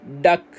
duck